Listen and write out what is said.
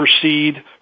proceed